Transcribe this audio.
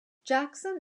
jackson